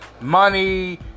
money